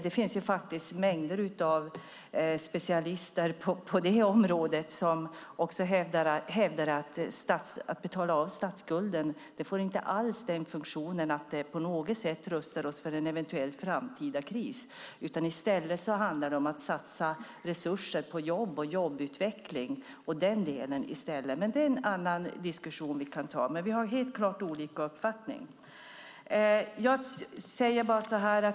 Det finns mängder av specialister på området som också hävdar att detta att betala av på statsskulden inte alls får funktionen att det på något sätt rustar oss för en eventuell framtida kris. I stället handlar det om att satsa resurser på jobb, jobbutveckling och denna del. Det är en annan diskussion som vi kan föra, men vi har helt klart olika uppfattningar.